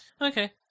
Okay